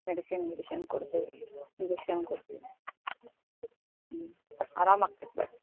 medicine ಗಿಡಿಸಿನ್ ಕೊಡ್ತೀವಿ injection ಕೊಡ್ತೀವಿ ಹ್ಞೂ ಆರಾಮ ಆಕ್ತೈತೆ ಬನ್ರಿ